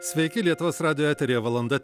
sveiki lietuvos radijo eteryje valanda